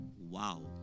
Wow